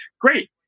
great